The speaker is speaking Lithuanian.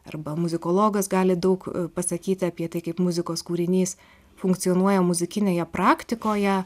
arba muzikologas gali daug pasakyt apie tai kaip muzikos kūrinys funkcionuoja muzikinėje praktikoje